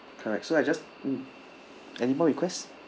correct so I just mm anymore request